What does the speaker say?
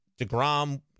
DeGrom